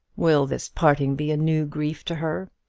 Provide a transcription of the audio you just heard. will this parting be a new grief to her,